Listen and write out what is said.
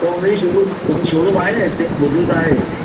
त हुनजी शोरूम हुन शोरूम आहे न हिते ॿुधियो त आहे